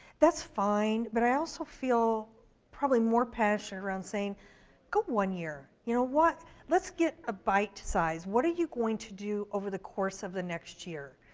that's fine, but i also feel probably more passion around saying go one year. you know let's get a bite size. what are you going to do over the course of the next year.